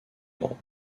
membres